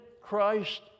Christ